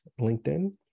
linkedin